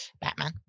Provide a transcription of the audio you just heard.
Batman